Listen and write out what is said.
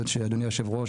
אדוני יושב הראש,